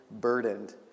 burdened